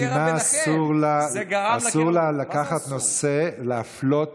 אסור לה לקחת נושא, להפלות